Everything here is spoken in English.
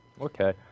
Okay